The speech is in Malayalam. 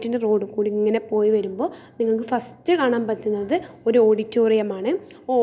പിന്നെ ഇവയൊക്കെ നമുക്ക് അറിവും നൽകും വിവരവും നൽകും കുറേ കാര്യങ്ങൾ നമ്മളെ പഠിപ്പിച്ച് തരുന്നതാണ്